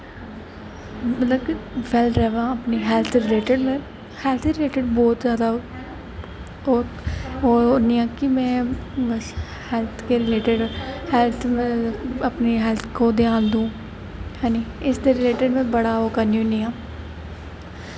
मतलब कि वेल र'वां अपनी हेल्थ दे रिलेटिड में हेल्थ दे रिलेटिड बहोत जादा ओह् करनी आं कि में बस हेल्थ दे रिलेटिड अपनी हेल्थ को ध्यान दूं ऐनी इसदे रिलेटिड में बड़ा ओह् करनी होनी आं